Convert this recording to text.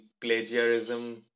plagiarism